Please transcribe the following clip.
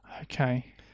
Okay